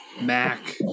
Mac